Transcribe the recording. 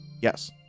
Yes